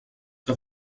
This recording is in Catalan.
que